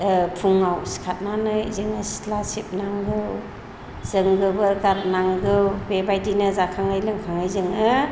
फुङाव सिखाथनानै जोङो सिथ्ला सिबनांगौ जों गोबोर गारनांगौ बेबायदिनो जाखाङै लोंखाङै जोङो